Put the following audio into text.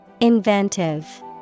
Inventive